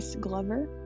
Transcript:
Glover